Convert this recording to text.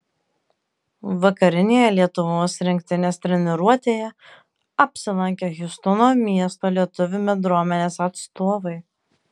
vakarinėje lietuvos rinktinės treniruotėje apsilankė hjustono miesto lietuvių bendruomenės atstovai